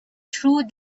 through